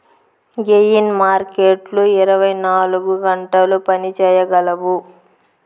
gain మార్కెట్లు ఇరవై నాలుగు గంటలు పని చేయగలవు